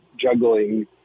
juggling